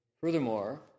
Furthermore